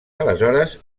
aleshores